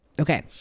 okay